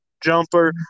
jumper